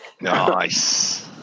nice